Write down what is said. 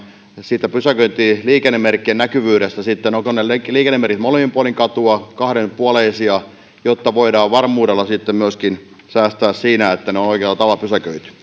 siitä pysäköintiliikennemerkkien näkyvyydestä sitten ovatko ne liikennemerkit molemmin puolin katua kahdenpuoleisia jotta voidaan varmuudella sitten myöskin säästää siinä että on oikealla tavalla pysäköity